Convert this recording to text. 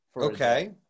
Okay